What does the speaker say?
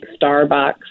Starbucks